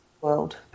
world